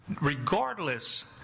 Regardless